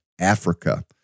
Africa